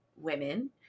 women